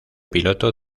piloto